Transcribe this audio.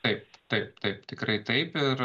taip taip taip tikrai taip ir